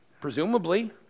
Presumably